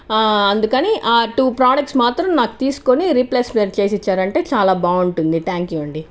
అందుకని ఆ two products మాత్రం నాకు తీసుకుని రీప్లేస్మెంట్ చేసిచ్చారంటే చాలా బాగుంటుంది థ్యాంక్ యూ అండి